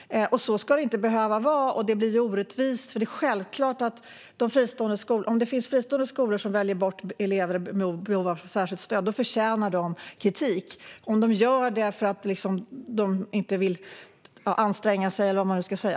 Så ska det inte behöva vara. Det blir orättvist. Om fristående skolor väljer bort elever med behov av särskilt stöd förtjänar de självklart kritik om de gör det därför att de inte vill anstränga sig.